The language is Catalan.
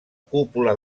cúpula